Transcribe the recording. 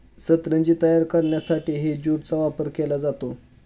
सतरंजी तयार करण्यासाठीही ज्यूटचा वापर केला जातो